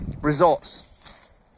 results